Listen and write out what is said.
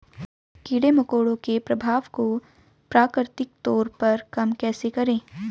कीड़े मकोड़ों के प्रभाव को प्राकृतिक तौर पर कम कैसे करें?